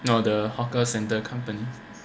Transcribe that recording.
no the hawker center companies